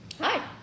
Hi